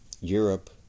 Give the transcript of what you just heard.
Europe